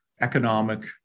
economic